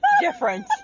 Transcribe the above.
different